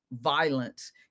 violence